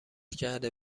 کرده